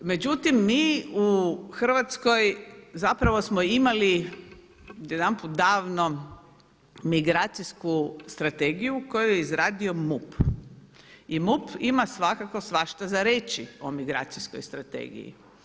Međutim, mi u Hrvatskoj zapravo smo imali jedanput davno migracijsku strategiju koju je izradio MUP i MUP ima svakako svašta za reći o migracijskoj strategiji.